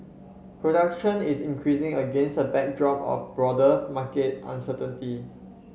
production is increasing against a backdrop of broader market uncertainty